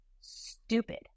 stupid